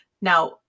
Now